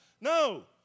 No